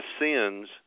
sins